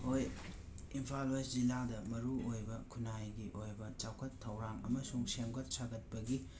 ꯍꯣꯏ ꯏꯝꯐꯥꯜ ꯋꯦꯁ ꯖꯤꯂꯥꯗ ꯃꯔꯨ ꯑꯣꯏꯕ ꯈꯨꯟꯅꯥꯏꯒꯤ ꯑꯣꯏꯕ ꯆꯥꯎꯈꯠ ꯊꯧꯔꯥꯡ ꯑꯃꯁꯨꯡ ꯁꯦꯝꯒꯠ ꯁꯒꯠꯄꯒꯤ